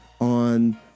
on